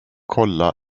kolla